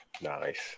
Nice